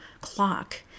clock